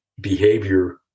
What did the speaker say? behavior